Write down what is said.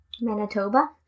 Manitoba